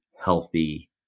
healthy